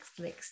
Netflix